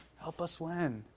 help us win!